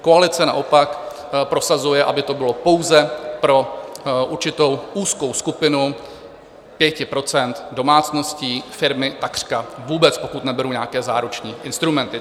Koalice naopak prosazuje, aby to bylo pouze pro určitou úzkou skupinu 5 % domácností, firmy takřka vůbec, pokud neberu nějaké záruční instrumenty.